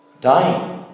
dying